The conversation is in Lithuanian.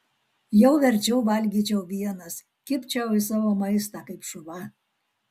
jau verčiau valgyčiau vienas kibčiau į savo maistą kaip šuva